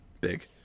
Big